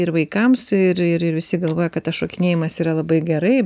ir vaikams ir ir visi galvoja kad tas šokinėjimas yra labai gerai